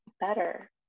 better